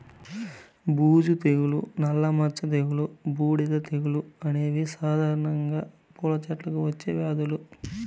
బూజు తెగులు, నల్ల మచ్చ తెగులు, బూడిద తెగులు అనేవి సాధారణంగా పూల చెట్లకు వచ్చే వ్యాధులు